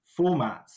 formats